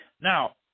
Now